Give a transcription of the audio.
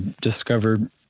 discovered